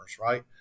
right